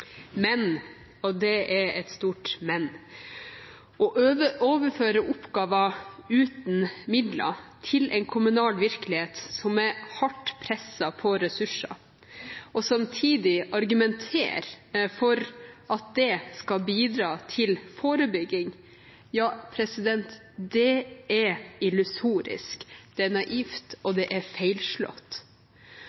Men – og det er et stort men – å overføre oppgaver uten midler til en kommunal virkelighet som er hardt presset på ressurser, og samtidig argumentere for at det skal bidra til forebygging, er illusorisk, naivt og feilslått. Det er